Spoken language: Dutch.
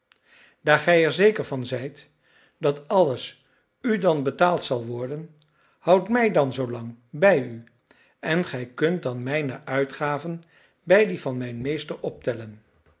daar gij er zeker van zijt dat alles u dan betaald zal worden houd mij dan zoolang bij u en gij kunt dan mijne uitgaven bij die van mijn meester optellen